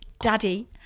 daddy